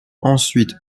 ensuite